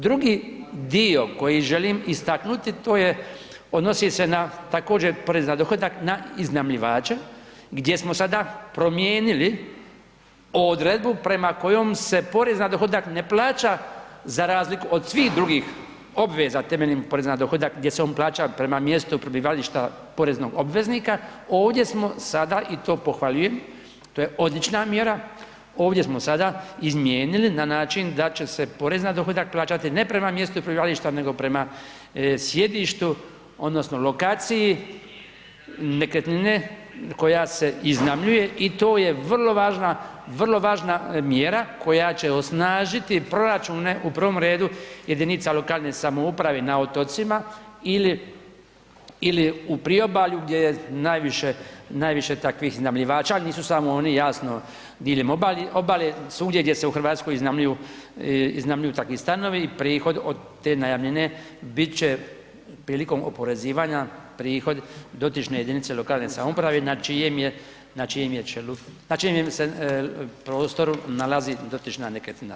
Drugi dio koji želim istaknuti to je odnosi se na također porez na dohodak na iznajmljivače gdje smo sada promijenili odredbu prema kojom se porez na dohodak ne plaća za razliku od svih drugih obveza temeljem poreza na dohodak gdje se on plaća prema mjestu prebivališta poreznog obveznika ovdje smo sada i to pohvaljujem to je odlična mjera, ovdje smo sada izmijenili na način da će se porez na dohodak plaćati ne prema mjestu prebivališta nego prema sjedištu odnosno lokaciji nekretnine koja se iznajmljuje i to je vrlo važna, vrlo važna mjera koja će osnažiti proračune, u prvom redu jedinica lokalne samouprave na otocima ili u priobalju gdje je najviše takvih iznajmljivača ali nisu samo oni, jasno diljem obale, svugdje gdje se u Hrvatskoj iznajmljuju takvi stanovi, prihod od te najamnine biti će prilikom oporezivanja prihod dotične jedinice lokalne samouprave na čijem je čelu, na čijem se prostoru nalazi dotična nekretnina.